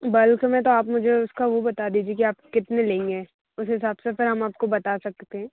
बलक में तो आप मुझे उसका वो बता दीजिए कि आप कितने लेंगे उस हिसाब से फिर हम आपको बता सकते है